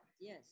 Yes